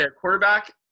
quarterback